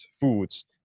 foods